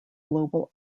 global